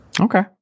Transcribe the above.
Okay